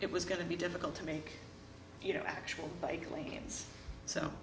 it was going to be difficult to make you know actual bike lanes so